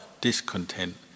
discontent